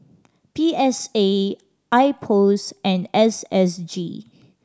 P S A IPOS and S S G